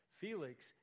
Felix